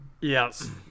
Yes